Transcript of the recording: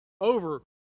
over